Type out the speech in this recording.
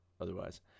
otherwise